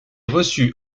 reçu